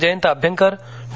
Jayant अभ्यंकरडॉ